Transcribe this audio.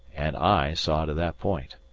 and i saw to that point.